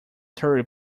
thirty